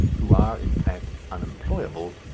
who are, in fact, unemployable,